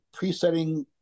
presetting